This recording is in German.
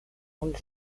und